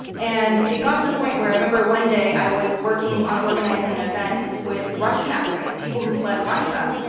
and it got to the point where i remember one day i was working on organizing an event with russian activists, people who fled russia,